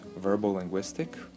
verbal-linguistic